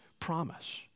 Promise